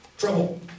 Trouble